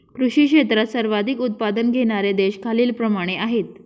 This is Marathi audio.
कृषी क्षेत्रात सर्वाधिक उत्पादन घेणारे देश खालीलप्रमाणे आहेत